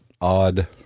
odd